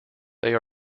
they